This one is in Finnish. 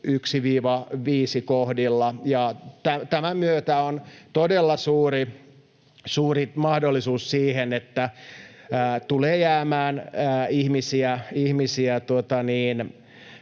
1—5 kohdilla, ja tämän myötä on todella suuri mahdollisuus siihen, että tulee jäämään ihmisiä